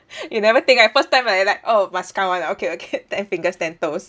you never think I first time like like oh must count one ah okay okay ten fingers ten toes